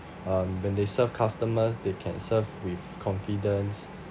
um when they serve customers they can serve with confidence